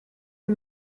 des